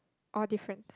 or difference